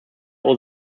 all